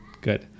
Good